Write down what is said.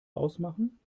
ausmachen